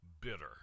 bitter